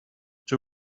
two